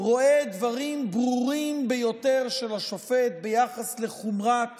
רואה דברים ברורים ביותר של השופט ביחס לחומרת